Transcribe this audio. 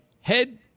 head